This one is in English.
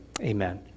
amen